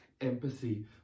empathy